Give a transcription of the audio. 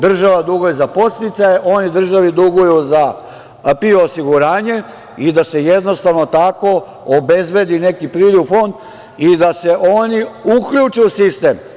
Država duguje za podsticaje, oni državi duguju za PIO osiguranje i da se jednostavno tako obezbedi neki priliv u Fond i da se oni uključe u sistem.